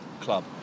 Club